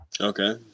Okay